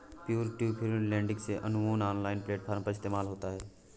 peer to peer lending में अमूमन online platform का इस्तेमाल होता है